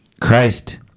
Christ